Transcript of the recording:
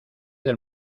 del